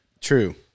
True